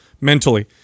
mentally